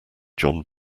john